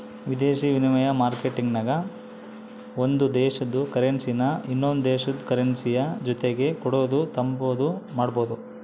ವಿದೇಶಿ ವಿನಿಮಯ ಮಾರ್ಕೆಟ್ನಾಗ ಒಂದು ದೇಶುದ ಕರೆನ್ಸಿನಾ ಇನವಂದ್ ದೇಶುದ್ ಕರೆನ್ಸಿಯ ಜೊತಿಗೆ ಕೊಡೋದು ತಾಂಬಾದು ಮಾಡ್ಬೋದು